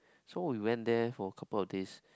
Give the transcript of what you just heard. so we went there for a couple of days